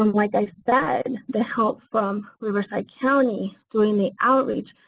um like i said, the help from riverside county, doing the outreach,